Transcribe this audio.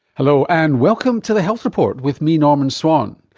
hello, and welcome to the health report with me, norman swan.